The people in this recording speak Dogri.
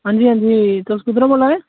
हां जी हां जी तुस कुद्धरां बोल्ला ने